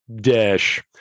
dash